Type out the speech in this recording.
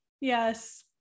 Yes